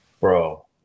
bro